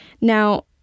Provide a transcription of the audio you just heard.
Now